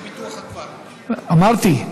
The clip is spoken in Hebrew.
אדוני השר,